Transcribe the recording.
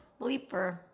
bleeper